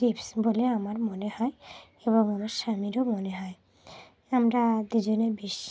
tips বলে আমার মনে হয় এবং আমার স্বামীরও মনে হয় আমরা দুজনে ভীষণ